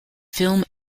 film